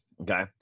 Okay